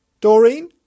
Doreen